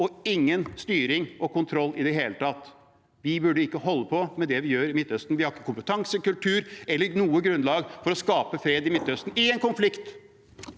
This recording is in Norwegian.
og ingen styring og kontroll i det hele tatt. Vi burde ikke holde på med det vi gjør i Midtøsten. Vi har ikke kompetanse, kultur eller noe grunnlag for å skape fred i Midtøsten (presidenten